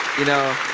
you know,